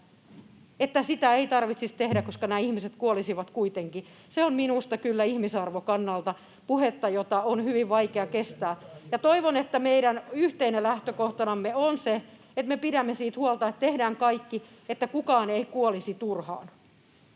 että sitä ei tarvitsisi tehdä, koska nämä ihmiset kuolisivat kuitenkin, ovat minusta kyllä ihmisarvon kannalta puhetta, jota on hyvin vaikea kestää. Toivon, että meidän yhteisenä lähtökohtanamme on se, että me pidämme huolta siitä, että teemme kaiken, että kukaan ei kuolisi turhaan.